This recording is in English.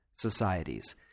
societies